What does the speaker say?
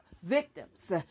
victims